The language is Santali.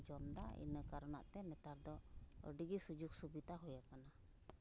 ᱡᱚᱢᱫᱟ ᱤᱱᱟᱹ ᱠᱚᱨᱮᱱᱟᱜ ᱛᱮ ᱱᱮᱛᱟᱨ ᱫᱚ ᱟᱹᱰᱤᱜᱮ ᱥᱩᱡᱳᱜᱽ ᱥᱩᱵᱤᱫᱷᱟ ᱦᱩᱭ ᱟᱠᱟᱱᱟ